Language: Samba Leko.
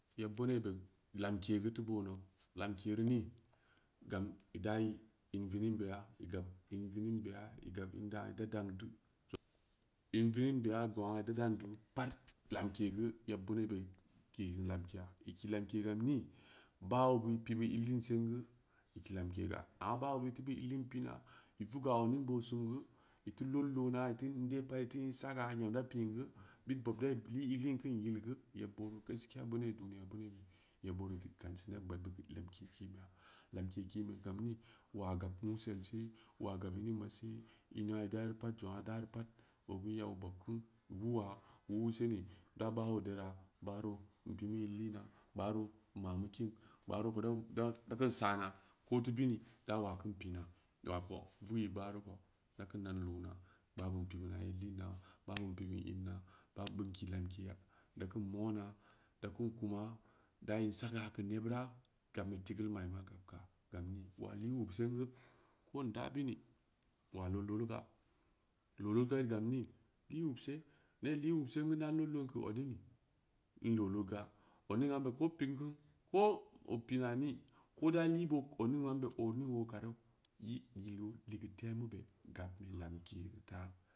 Yeb beuneu be lamke geu teu boo nou lamke reu nii gam i daa in vinnin beya i gab in vinin beya, i gab ina i da dan du, in vinin ɓeya geu zangna ida dan bureu pad lamlu geu yeɓ beuneu kii sin lamkeya, i kii lamke gam nii? Baa oo bid i pi’ ɓu im liiin sengu, i kkill lamke ga, amma baa oo bid teu bu in liin pi’na, i vugeu odning boo singu, i teu lood loona i teu in dee pad, i teu in saga, nuu i teu pin wuu, bid bob dii kean nyeugeu geu, bebboro gaskiya beuneu duniya beunea ɓe yeɓɓid i kamsen neɓ gbaad bid lamke kimbe, gam ni waa gab nuusel see, waa gab in mingn ma se, in bira i dareu pad, zangn i daa reu pad boogu y abo bob ku bu waaya, bu wuu seni, da baa oo dera, gbaaro n pi bu in linbeya, gbaaro n ma’ mu kiin, gbaaro ko dau, da kin saana, ko teu bini, da waa keun pina, waa ko wugeu gvaaru ko, dakin dan loona, baa bin pi bima in linbeya, baa bin pi’ bin imna, bin kii lamkeya, dahin mona, da kun kuma, da in saga keu neɓira, gabm bu teugeal ma’i inna gabya, am nii waa lii wub sengu, ko nda bini, waa lo loru ga lo lodga gam mii? N i’u see, ned i’u sengu na lod loo geu odningneu n loo lod ga, odning ambe ko pi’n ku koo oo pima nii ko da lii boo odnining ambe odning oo karu yi yilu ligeu tenu be gab in lamkereu taaa.